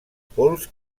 pols